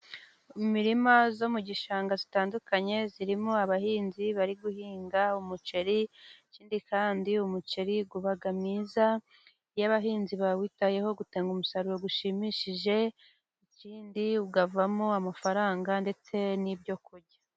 Mu mirima yo mu gishanga itandukanye, irimo abahinzi bari guhinga umuceri. Ikindi kandi, umuceri uba mwiza iyo abahinzi bawitayeho, utanga umusaruro ushimishije. Ikindi, ukavamo amafaranga ndetse n’ibyo kurya.